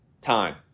time